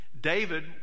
David